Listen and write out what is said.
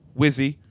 wizzy